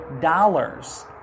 dollars